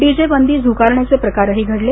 DJ बंदी श्वगारण्याचे प्रकारही घडले